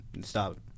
Stop